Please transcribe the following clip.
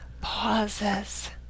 pauses